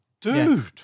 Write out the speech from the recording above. Dude